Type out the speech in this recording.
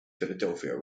philadelphia